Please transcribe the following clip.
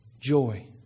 joy